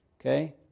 okay